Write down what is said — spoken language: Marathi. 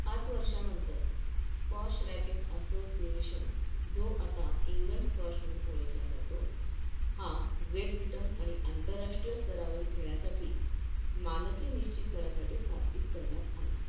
पाच वर्षानंतर स्कॉश रॅकेट असोसिएशन जो आता इंग्लंड स्कॉश म्हणून ओळखला जातो हा ग्रेट ब्रिटन आणि आंतरराष्ट्रीय स्तरावरील खेळासाठी मानके निश्चित करण्यासाठी स्थापित करण्यात आला